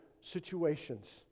situations